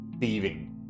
thieving